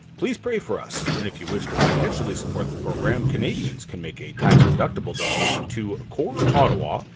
please pray for us, and if you wish to financially support the program, canadians can make a tax-deductible donation to core ottawa,